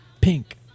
pink